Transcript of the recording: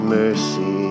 mercy